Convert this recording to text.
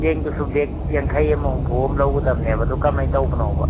ꯆꯦꯡꯗꯨꯁꯨ ꯕꯦꯒ ꯌꯥꯡꯈꯩ ꯑꯃ ꯍꯨꯝꯐꯨ ꯑꯃ ꯂꯧꯒꯗꯝꯅꯦꯕ ꯑꯗꯨ ꯀꯃꯥꯏꯅ ꯇꯧꯕꯅꯣꯕ